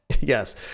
Yes